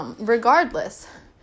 Regardless